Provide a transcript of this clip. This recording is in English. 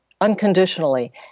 unconditionally